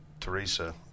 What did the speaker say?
Teresa